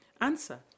Answer